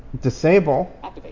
disable